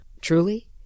Truly